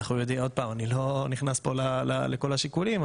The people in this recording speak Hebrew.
אני לא נכנס פה לכל השיקולים,